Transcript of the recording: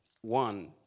one